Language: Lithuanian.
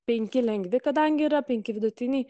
penki lengvi kadangi yra penki vidutiniai